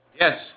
Yes